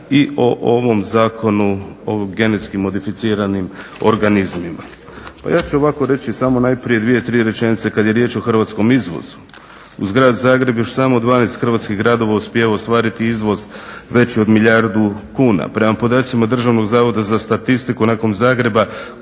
i o ovom Zakonu o genetski modificiranim organizmima. Pa ja ću ovako reći samo najprije dvije, tri rečenice kad je riječ o hrvatskom izvozu. Uz grad Zagreb još samo 12 hrvatskih gradova uspijeva ostvariti izvoz veći od milijardu kuna. Prema podacima Državnog zavoda za statistiku nakon Zagreba